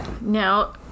now